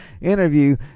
interview